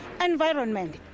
Environment